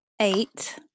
Eight